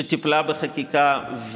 שטיפלה בחקיקה,